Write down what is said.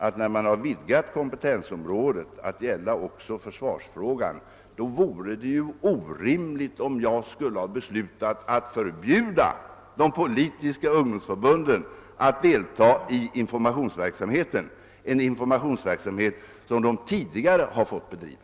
Och när man har vidgat kompetensområdet att gälla också försvarsfrågan vore det ju orimligt om jag skulle besluta att förbjuda de politiska ungdomsförbunden att delta i informationsverksamheten — en informationsverksamhet som de tidigare har fått bedriva.